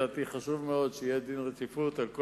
ולפי דעתי חשוב מאוד שיהיה דין רציפות על כל